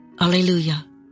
Alleluia